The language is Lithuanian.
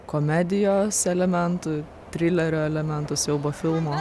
komedijos elementų trilerio elementų siaubo filmo